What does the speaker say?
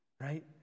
Right